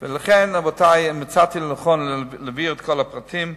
לכן, רבותי, אני מצאתי לנכון להביא את כל הפרטים.